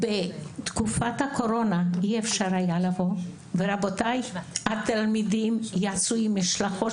בתקופת הקורונה אי אפשר היה לבוא אבל התלמידים יצאו עם משלחות